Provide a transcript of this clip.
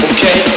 Okay